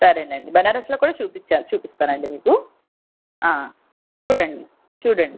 సరేనండి బెనారస్లో కూడా చూపిచ్చా చూపిస్తానండి మీకు ఆ చూడండి చూడండి